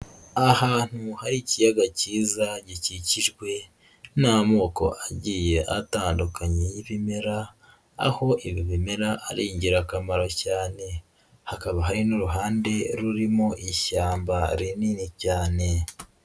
Ahantuu hari ikiyaga cyiza gikikijwe n'amoko agiye atandukanye y'ibimera, aho ibi bimera ari ingirakamaro cyane, hakaba hari n'uruhande rurimo ishyamba rinini cyane.